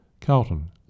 Carlton